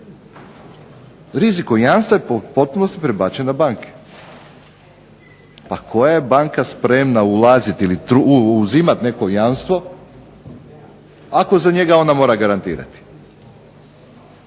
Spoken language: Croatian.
Rizik o jamstvu je u potpunosti prebačen na banke. Pa koja je banka spremna ulaziti ili uzimati neko jamstvo ako za njega ona mora garantirati?